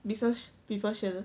business people 写的